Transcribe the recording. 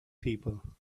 people